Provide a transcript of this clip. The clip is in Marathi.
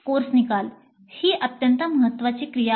कोर्स निकाल ही अत्यंत महत्वाची क्रिया आहे